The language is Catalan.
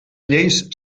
lleis